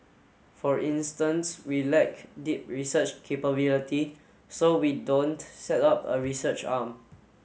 for instance we lack deep research capability so we don't set up a research arm